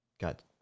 got